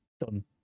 Done